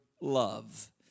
love